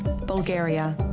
Bulgaria